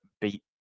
beat